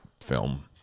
film